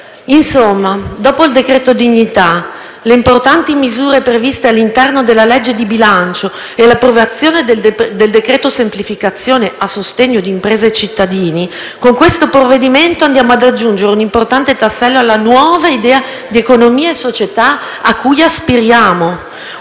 Insomma, dopo il decreto-legge dignità, le importanti misure previste all'interno della legge di bilancio e l'approvazione del decreto-legge semplificazioni a sostegno di imprese e cittadini, con questo provvedimento andiamo ad aggiungere un importante tassello alla nuova idea di economia e società a cui aspiriamo: